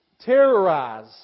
Terrorize